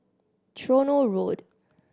Tronoh Road